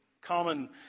common